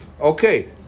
Okay